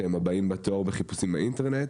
שהם הבאים בתור בחיפושים באינטרנט.